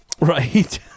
Right